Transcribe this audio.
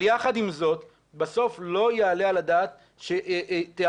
אבל יחד עם זאת בסוף לא יעלה על הדעת שתיאמר